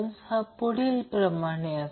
तर ही साधी गोष्ट आहे